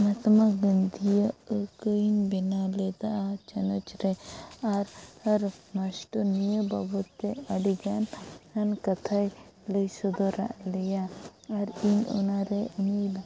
ᱢᱟᱦᱛᱢᱟ ᱜᱟᱱᱫᱷᱤᱭᱟᱜ ᱟᱹᱠᱟᱹᱣ ᱤᱧ ᱵᱮᱱᱟᱣ ᱞᱮᱫᱟ ᱪᱟᱱᱟᱪ ᱨᱮ ᱟᱨ ᱟᱨ ᱢᱟᱥᱴᱟᱨ ᱱᱤᱭᱟᱹ ᱵᱟᱵᱚᱛ ᱛᱮ ᱟᱰᱤᱜᱟᱱ ᱠᱟᱛᱷᱟᱭ ᱞᱟᱹᱭ ᱥᱚᱫᱚᱨᱟᱜ ᱞᱮᱭᱟ ᱟᱨ ᱤᱧ ᱚᱱᱟᱨᱮ